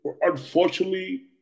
unfortunately